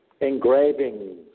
engravings